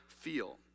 feel